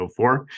04